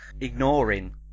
ignoring